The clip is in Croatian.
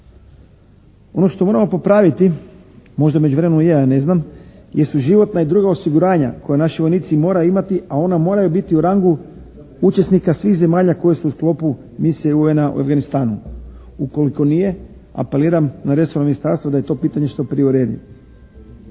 Ono što moramo popraviti možda u međuvremenu je, ja ne znam jesu životna i druga osiguranja koja naši vojnici moraju imati a ona moraju biti u rangu učesnika svih zemalja koja su u sklopu Misije UN-a u Afganistanu. Ukoliko nije apeliram na resorno ministarstvo da i to pitanje što prije uredi.